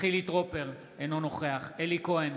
חילי טרופר, אינו נוכח אלי כהן,